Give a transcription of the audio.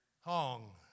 Hong